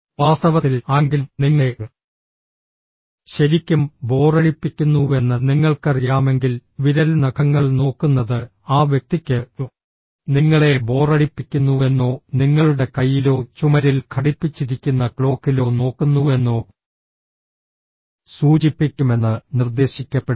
വാസ്തവത്തിൽ ആരെങ്കിലും നിങ്ങളെ ശരിക്കും ബോറടിപ്പിക്കുന്നുവെന്ന് നിങ്ങൾക്കറിയാമെങ്കിൽ വിരൽ നഖങ്ങൾ നോക്കുന്നത് ആ വ്യക്തിക്ക് നിങ്ങളെ ബോറടിപ്പിക്കുന്നുവെന്നോ നിങ്ങളുടെ കൈയിലോ ചുമരിൽ ഘടിപ്പിച്ചിരിക്കുന്ന ക്ലോക്കിലോ നോക്കുന്നുവെന്നോ സൂചിപ്പിക്കുമെന്ന് നിർദ്ദേശിക്കപ്പെടുന്നു